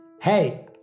Hey